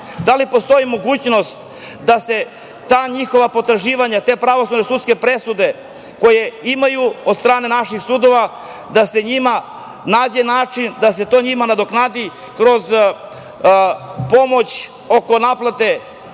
da li postoji mogućnost da se ta njihova potraživanja, te pravosnažne sudske presude koje imaju od strane naših sudova, da se nađe način da se to njima nadoknadi kroz pomoć oko naplate